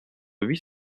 huit